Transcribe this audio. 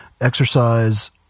exercise